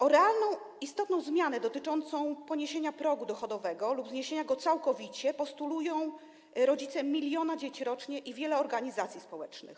O realną, istotną zmianę dotyczącą podniesienia progu dochodowego lub zniesienia go całkowicie postulują rodzice miliona dzieci i wiele organizacji społecznych.